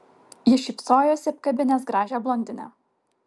jis šypsojosi apkabinęs gražią blondinę